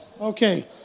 Okay